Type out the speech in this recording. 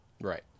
Right